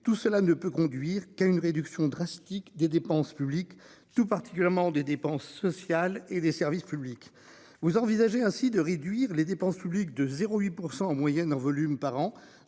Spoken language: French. Tout cela ne peut conduire qu'à une réduction drastique des dépenses publiques tout particulièrement des dépenses sociales et des services publics. Vous envisagez ainsi de réduire les dépenses publiques de 0 8 % en moyenne en volume par an.